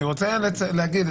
אני רוצה להגיד,